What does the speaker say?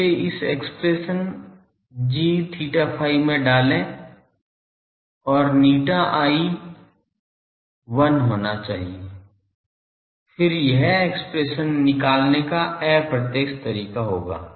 इसे इस expression gθϕ में डालें और ηi 1 होना चाहिए फिर यह एक्सप्रेशन निकालने का अप्रत्यक्ष तरीका होगा